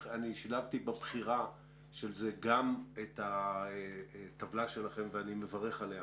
שילבתי בבחירה של זה גם את הטבלה שלכם - ואני מברך עליה